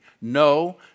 No